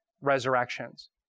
resurrections